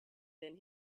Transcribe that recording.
than